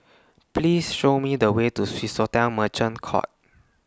Please Show Me The Way to Swissotel Merchant Court